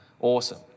Awesome